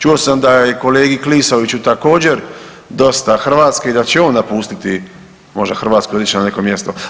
Čuo sam da je kolegi Klisoviću također dosta Hrvatske i da će on napustiti možda Hrvatsku i otići na neko mjesto.